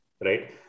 right